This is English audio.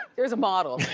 there's a model,